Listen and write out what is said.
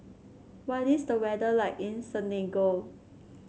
what is the weather like in Senegal